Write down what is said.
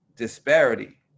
disparity